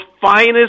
finest